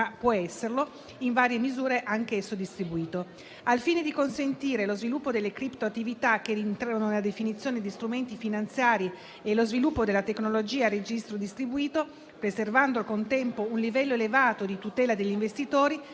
può essere in varia misura anch'esso distribuito. Al fine di consentire lo sviluppo delle criptoattività che rientrano nella definizione di strumenti finanziari e lo sviluppo della tecnologia a registro distribuito, preservando al contempo un livello elevato di tutela degli investitori,